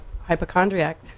hypochondriac